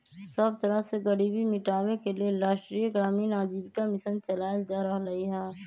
सब तरह से गरीबी मिटाबे के लेल राष्ट्रीय ग्रामीण आजीविका मिशन चलाएल जा रहलई ह